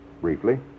briefly